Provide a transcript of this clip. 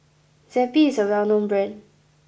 Zappy is a well known brand